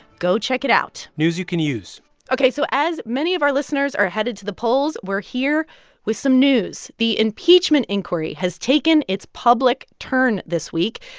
go check it out news you can use ok, so as many of our listeners are headed to the polls, we're here with some news. the impeachment inquiry has taken its public turn this week.